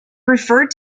referred